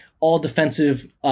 all-defensive